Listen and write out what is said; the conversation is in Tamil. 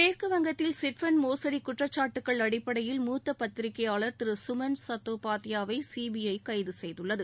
மேற்கு வங்கத்தில் சீட்பன்ட் மோசடி குற்றாச்சாட்டுகள் அடிப்படையில் மூத்த பத்திரிகையாளர் திரு சுமன் சத்தோ பாத்தையாவை சிபிஐ கைது செய்துள்ளது